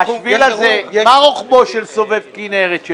מה רוחבו של סובב כנרת?